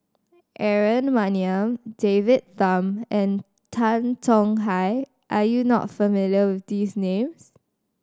Aaron Maniam David Tham and Tan Tong Hye are you not familiar with these names